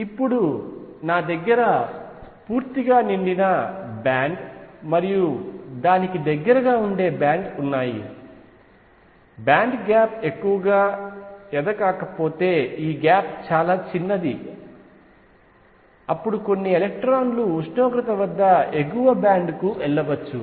ఇప్పుడు నా దగ్గర పూర్తిగా నిండిన బ్యాండ్ ఉంది మరియు దానికి దగ్గరగా ఉండే బ్యాండ్ ఉన్నాయి బ్యాండ్ గ్యాప్ ఎక్కువగా లేదు కాకపోతే ఈ గ్యాప్ చాలా చిన్నది అప్పుడు కొన్ని ఎలక్ట్రాన్లు ఉష్ణోగ్రత వద్ద ఎగువ బ్యాండ్ కు వెళ్లవచ్చు